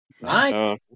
Nice